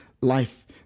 life